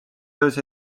töös